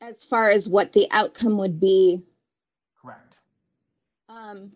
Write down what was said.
as far as what the outcome would be correct